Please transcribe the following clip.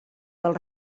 del